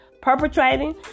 perpetrating